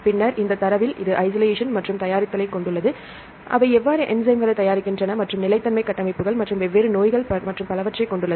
பின்னர் இந்த தரவில் அது ஐசோலேஷன் மற்றும் தயாரித்தல் கொண்டுள்ளது அவை எவ்வாறு என்ஸைம் களைத் தயாரிக்கின்றன மற்றும் நிலைத்தன்மை கட்டமைப்புகள் மற்றும் வெவ்வேறு நோய்கள் மற்றும் பலவற்றைக் கொண்டுள்ளது